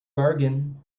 bargain